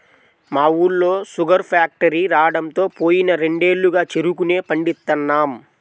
మా ఊళ్ళో sugar factory రాడంతో పోయిన రెండేళ్లుగా చెరుకునే పండిత్తన్నాం